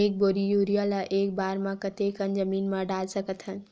एक बोरी यूरिया ल एक बार म कते कन जमीन म डाल सकत हन?